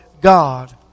God